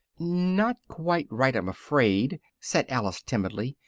not quite right, i'm afraid, said alice timidly,